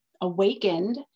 awakened